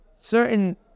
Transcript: certain